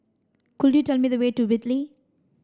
could you tell me the way to Whitley